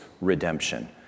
redemption